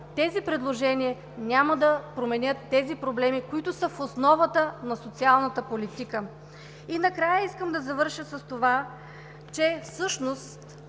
Тези предложения няма да решат тези проблеми, които са в основата на социалната политика. И накрая, искам да завърша с това, че всъщност